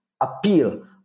appeal